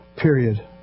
Period